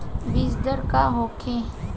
बीजदर का होखे?